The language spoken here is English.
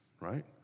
right